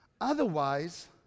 otherwise